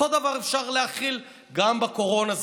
אותו דבר אפשר להחיל גם בקורונה,